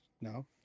No